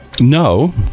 No